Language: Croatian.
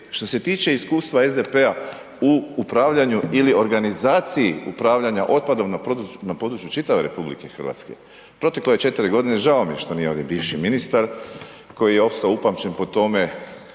Što se tiče iskustva SDP-a u upravljanju ili organizaciji upravljanja otpadom na području čitave RH, proteklo je 4 g., žao mi je što nije ovdje bivši ministar koji je ostao upamćen po tome